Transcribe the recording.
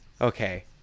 okay